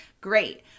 Great